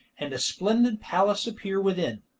and a splendid palace appear within.